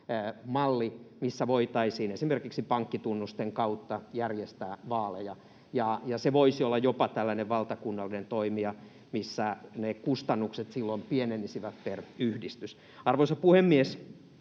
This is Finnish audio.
missä voitaisiin esimerkiksi pankkitunnusten kautta järjestää vaaleja, ja se voisi olla jopa tällainen valtakunnallinen toimija, missä ne kustannukset silloin pienenisivät per yhdistys. Arvoisa puhemies!